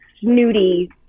snooty